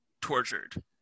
tortured